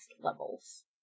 Levels